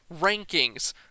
rankings